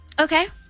Okay